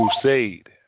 crusade